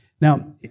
Now